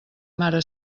mare